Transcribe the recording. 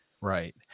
Right